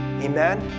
Amen